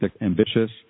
ambitious